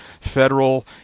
federal